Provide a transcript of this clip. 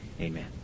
Amen